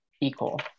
equal